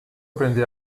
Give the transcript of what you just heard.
aprender